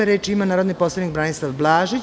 Reč ima narodni poslanik Branislav Blažić.